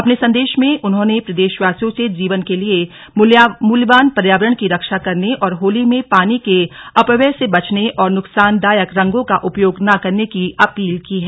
अपने संदेश में उन्होंने प्रदेशवासियों से जीवन के लिए मूल्यवान पर्यावरण की रक्षा करने और होली में पानी के अपव्यय से बचने और नुकसानदायक रंगों का उपयोग न करने की अपील की है